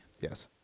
Yes